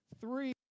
three